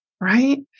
Right